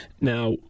Now